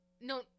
No